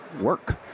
work